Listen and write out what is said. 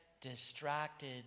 distracted